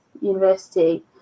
University